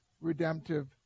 redemptive